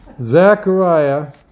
Zechariah